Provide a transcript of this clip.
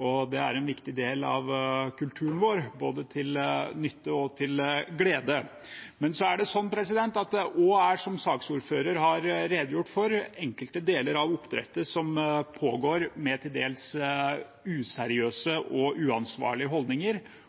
Det er en viktig del av kulturen vår – både til nytte og til glede. Men så er det sånn, som saksordføreren har redegjort for, at det også er enkelte deler av oppdrettet som pågår med til dels useriøse og uansvarlige holdninger,